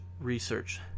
research